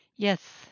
Yes